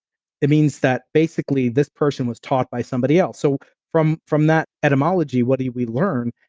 it means that basically this person was taught by somebody else. so from from that etymology, what did we learn?